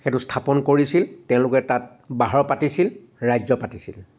সেইটো স্থাপন কৰিছিল তেওঁলোকে তাত বাহৰ পাতিছিল